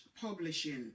Publishing